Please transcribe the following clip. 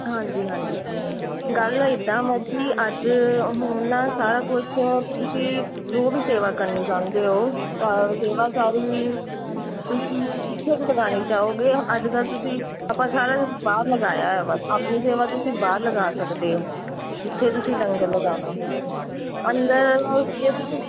ਹਾਂਜੀ ਹਾਂਜੀ ਗੱਲ ਇੱਦਾਂ ਵਾ ਜੀ ਅੱਜ ਹੁਣ ਨਾ ਸਾਰਾ ਕੁਛ ਤੁਸੀਂ ਜੋ ਵੀ ਸੇਵਾ ਕਰਨੀ ਚਾਹੁੰਦੇ ਹੋ ਤਾਂ ਸੇਵਾ ਸਾਰੀ ਕਿੱਥੇ ਕੁ ਲਗਾਉਣੀ ਚਾਹੋਗੇ ਅੱਜ ਕੱਲ੍ਹ ਤੁਸੀਂ ਆਪਾਂ ਸਾਰਾ ਬਾਹਰ ਲਗਾਇਆ ਵਾ ਆਪਣੀ ਸੇਵਾ ਤੁਸੀਂ ਬਾਹਰ ਲਗਾ ਸਕਦੇ ਹੋ ਜਿੱਥੇ ਤੁਸੀਂ ਲੰਗਰ ਲਗਾਉਣਾ ਅੰਦਰ ਜੇ ਤੁਸੀਂ